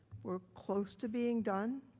are close to being done.